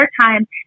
time